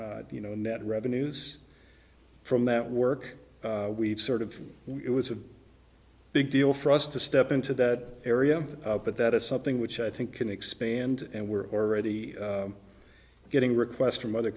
you know net revenues from that work we've sort of it was a big deal for us to step into that area but that is something which i think can expand and we're already getting requests from other